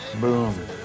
Boom